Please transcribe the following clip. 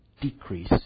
decrease